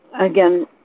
again